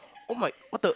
oh my what the